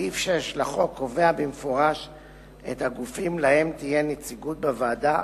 סעיף 6 לחוק קובע במפורש את הגופים שלהם תהיה נציגות בוועדה,